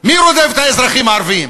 מי רודף את האזרחים הערבים?